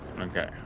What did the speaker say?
Okay